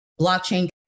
blockchain